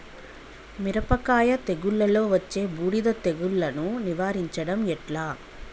మిరపకాయ తెగుళ్లలో వచ్చే బూడిది తెగుళ్లను నివారించడం ఎట్లా?